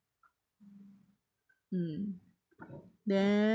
mm the~